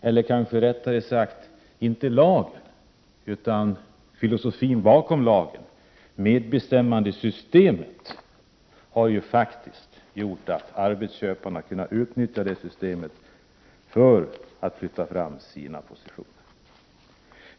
Det är inte lagen utan, kanske rättare sagt, filosofin bakom lagen, medbestämmandesystemet, som har gjort att arbetsköparna kunnat utnyttja det systemet för att flytta fram sina positioner.